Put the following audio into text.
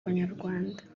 abanyarwanda